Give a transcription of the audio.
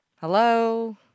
Hello